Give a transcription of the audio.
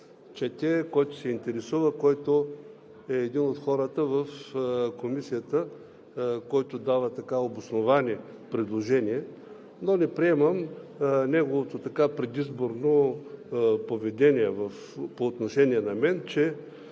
чете, който се интересува, един от хората в Комисията е, който дава обосновани предложения, но не приемам неговото предизборно поведение по отношение на мен, че